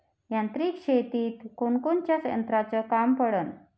यांत्रिक शेतीत कोनकोनच्या यंत्राचं काम पडन?